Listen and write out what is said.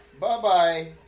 Bye-bye